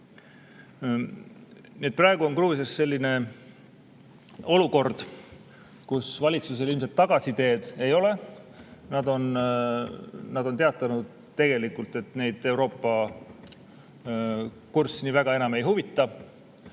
praegu on Gruusias selline olukord, kus valitsusel ilmselt tagasiteed ei ole, nad on tegelikult teatanud, et Euroopa kurss neid nii väga enam ei huvita.